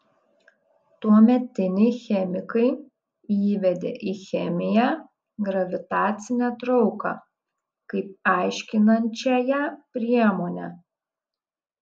tuometiniai chemikai įvedė į chemiją gravitacinę trauką kaip aiškinančiąją priemonę